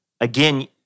again